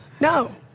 No